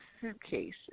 suitcases